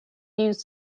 use